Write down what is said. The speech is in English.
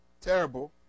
terrible